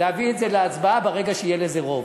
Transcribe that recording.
להביא את זה להצבעה ברגע שיהיה לזה רוב.